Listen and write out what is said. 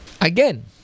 again